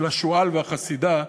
של השועל והחסידה,